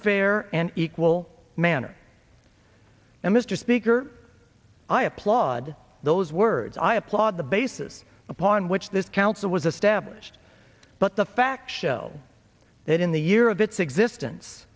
fair and equal manner and mr speaker i applaud those words i applaud the basis upon which this council was established but the fact that in the year of its existence